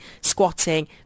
squatting